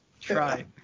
try